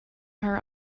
her